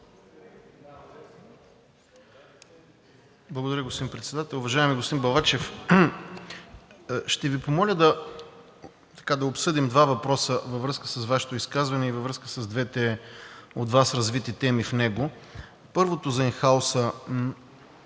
Благодаря, господин Председател. Уважаеми господин Балачев, ще Ви помоля да обсъдим два въпроса във връзка с Вашето изказване и във връзка с двете теми, развити от Вас. Първо, за ин хаус.